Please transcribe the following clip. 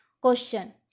Question